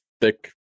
thick